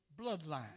bloodline